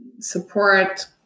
support